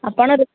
ଆପଣ